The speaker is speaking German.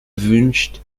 wünscht